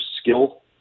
skill